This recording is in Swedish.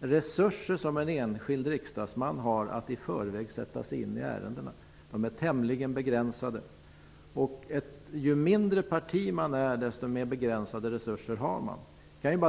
resurser som en enskild riksdagsman har för att i förväg sätta sig in i ärendena är tämligen begränsade. Ju mindre ett parti är, desto mer begränsade resurser har det.